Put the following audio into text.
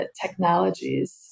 technologies